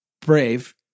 brave